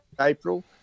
April